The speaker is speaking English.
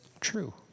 true